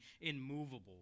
immovable